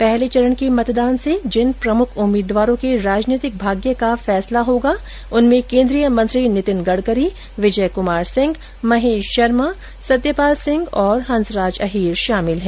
पहले चरण के मतदान से जिन प्रमुख उम्मीदवारों के राजनीतिक भाग्य का फैसला होगा उनमें केन्द्रीय मंत्री नितिन गडकरी विजय क्मार सिंह महेश शर्मा सत्यपाल सिंह और हंसराज अहीर शामिल हैं